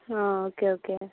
okay okay